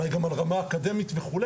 אולי גם על רמה אקדמית וכו',